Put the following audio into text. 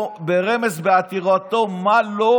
עם הצעת חוק ממשלתית בעוד שבועיים.